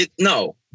no